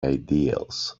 ideals